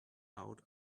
out